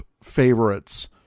favorites